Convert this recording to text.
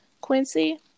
Quincy